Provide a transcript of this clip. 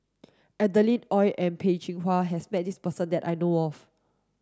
Adeline Ooi and Peh Chin Hua has met this person that I know of